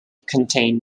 contain